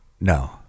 No